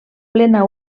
plena